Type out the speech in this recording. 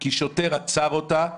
כי שוטר עצר אותה,